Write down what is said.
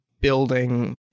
building